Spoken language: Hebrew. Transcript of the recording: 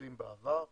מקרים בעבר.